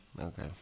okay